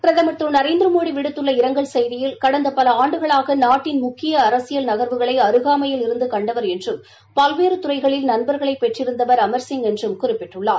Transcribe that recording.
பிரதம் ் திரு நரேந்திரமோடி விடுத்துள்ள இரங்கல் செய்தியில் கடந்த பல ஆண்டுகளாக நாட்டின் முக்கிய அரசியல் நகர்வுகளில் அருகாமையில் இருந்து கண்டவர் என்றும் பல்வேறு துறைகளில் நண்பர்களைக் பெற்றிருந்தவர் அமர்சிங் என்றும் குறிப்பிட்டுள்ளார்